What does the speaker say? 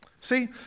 See